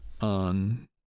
on